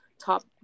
top